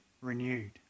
renewed